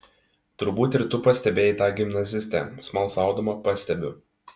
turbūt ir tu pastebėjai tą gimnazistę smalsaudama pastebiu